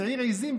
שעיר עיזים,